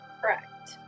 Correct